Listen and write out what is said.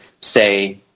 say